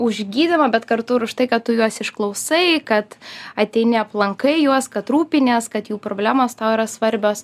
už gydymą bet kartu ir už tai kad tu juos išklausai kad ateini aplankai juos kad rūpinies kad jų problemos tau yra svarbios